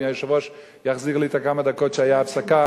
אם היושב-ראש יחזיר לי את הכמה-דקות כשהיתה הפסקה,